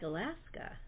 Alaska